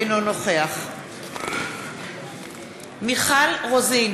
אינו נוכח מיכל רוזין,